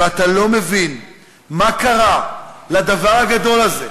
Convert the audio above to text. ואתה לא מבין מה קרה לדבר הגדול הזה,